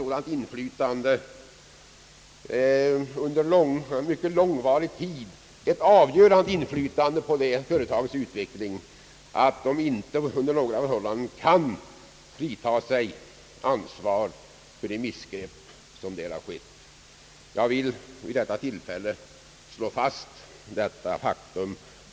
Socialdemokratin har under mycket lång tid haft ett sådant inflytande på företagets utveckling att den inte under några förhållanden kan frita sig från ansvaret för de missgrepp som där har skett. Jag vill vid detta tillfälle slå fast detta faktum.